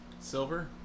Silver